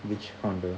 which condo